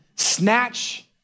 snatch